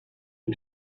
you